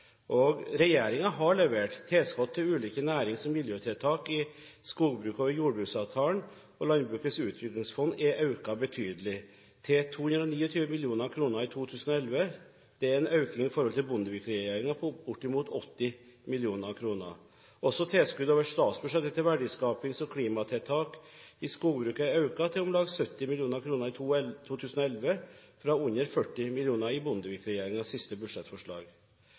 har levert. Tilskudd til ulike nærings- og miljøtiltak i skogbruket over jordbruksavtalen og Landbrukets utviklingsfond er økt betydelig, til 229 mill. kr i 2011. Det er en økning i forhold til Bondevik-regjeringen på bortimot 80 mill. kr. Også tilskudd over statsbudsjettet til verdiskapings- og klimatiltak i skogbruket er økt, til om lag 70 mill. kr i 2011 fra under 40 mill. kr i Bondevik-regjeringens siste budsjettforslag.